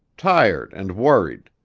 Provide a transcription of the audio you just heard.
tired and worried.